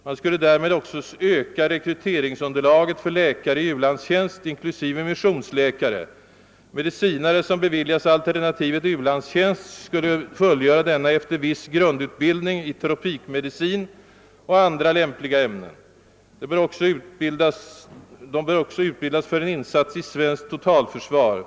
Man skulle därmed också öka rekryteringsunderlaget för läkare i u-landstjänst, inklusive missionsläkare. Medicinare som beviljas alternativet u-landstjänst skulle fullgöra denna efter viss grundutbildning i tropikmedicin och andra lämpliga ämnen. De bör också utbildas för en insats i svenskt totalförsvar.